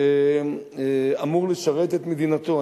ואמור לשרת את מדינתו.